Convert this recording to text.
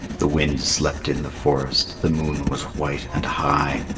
the wind slept in the forest, the moon was white and high,